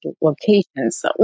locations